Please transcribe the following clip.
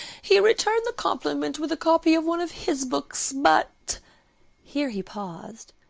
he returned the compliment with a copy of one of his books. but here he paused,